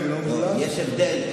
יש הבדל.